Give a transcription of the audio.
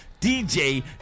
DJ